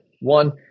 One